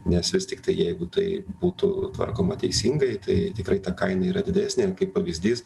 nes vis tiktai jeigu tai būtų tvarkoma teisingai tai tikrai ta kaina yra didesnė kaip pavyzdys